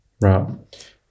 right